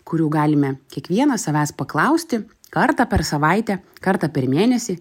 kurių galime kiekvienas savęs paklausti kartą per savaitę kartą per mėnesį